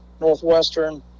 Northwestern